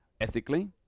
ethically